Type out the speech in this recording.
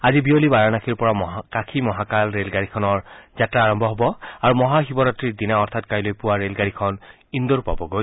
আজি বিয়লি বাৰানসীৰ পৰা কাশী মহাকাল ৰেলগাড়ীখনৰ যাত্ৰা আৰম্ভ হ'ব আৰু মহা শিৱৰাত্ৰীৰ দিনা অৰ্থাৎ কাইলৈ পুৱা ৰেলগাড়ীখন ইণ্ডোৰ পাবগৈ